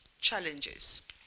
challenges